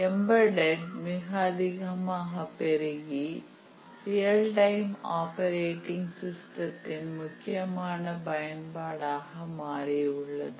embedded மிக அதிகமாக பெருகி ரியல் டைம் ஆப்பரேட்டிங் சிஸ்டத்தின் முக்கியமான பயன்பாடாக மாறியுள்ளது